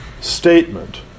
statement